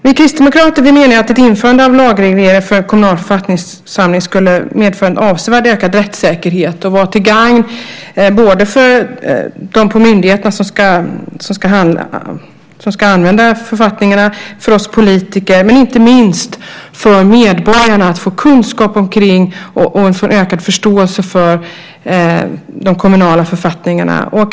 Vi kristdemokrater menar att ett införande av lagreglering för kommunala författningssamlingar skulle medföra en avsevärt ökad rättssäkerhet. Det skulle vara till gagn för de personer på myndigheterna som ska använda författningarna, för oss politiker och inte minst för medborgarna som skulle få ökad kunskap kring och förståelse för de kommunala författningarna.